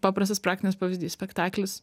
paprastas praktinis pavyzdys spektaklis